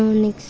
next